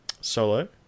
Solo